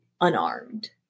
unarmed